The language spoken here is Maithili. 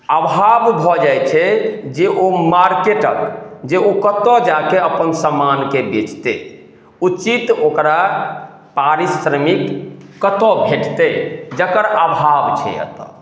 अभाब भऽ जाइ छै जे ओ मार्केटक जे ओ कतय जाकए अपन समानके बेचतै उचित ओकरा पारिश्रमिक कतऽ भेटतै जकर अभाव छै अतऽ